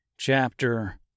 Chapter